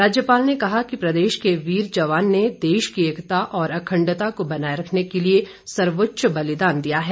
राज्यपाल ने कहा कि प्रदेश के वीर जवान ने देश की एकता और अखण्डता को बनाए रखने के लिए सर्वोच्च बलिदान दिया है